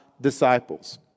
disciples